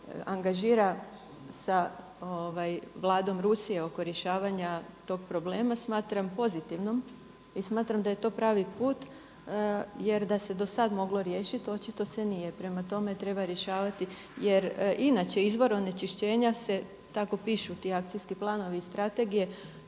angažira sa Vladom Rusije oko rješavanja tog problema smatram pozitivnom i smatram da je to pravi put, jer da se do sad moglo riješiti, očito se nije. Prema tome, treba rješavati jer inače izvor onečišćenja se, tako pišu ti akcijski planovi i strategije,